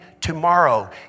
tomorrow